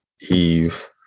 Eve